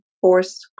force